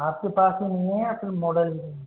आपके पास ही नहीं आया मॉडल